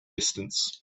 distance